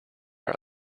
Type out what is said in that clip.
our